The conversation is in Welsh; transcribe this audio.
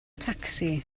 tacsi